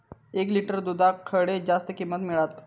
एक लिटर दूधाक खडे जास्त किंमत मिळात?